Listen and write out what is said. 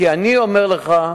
אני אומר לך,